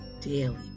daily